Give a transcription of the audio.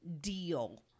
deal